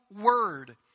word